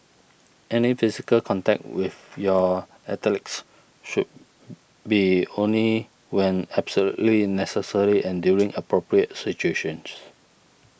any physical contact with your athletes should be only when absolutely necessary and during appropriate situations